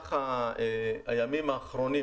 במהלך הימים האחרונים